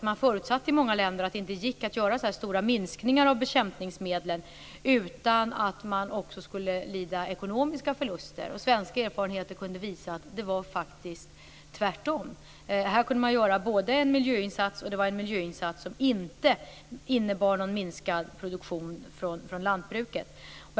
Man förutsatte i många länder att det inte gick att göra så här stora minskningar av användningen av bekämpningsmedel utan att man också skulle lida ekonomiska förluster. Svenska erfarenheter visade att det faktiskt var tvärtom. Man kunde göra en miljöinsats som inte innebar någon minskad produktion från lantbruket.